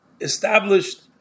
established